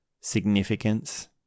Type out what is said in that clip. significance